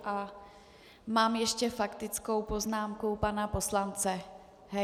A mám ještě faktickou poznámku pana poslance Hegera.